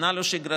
שנה לא שגרתית,